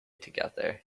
together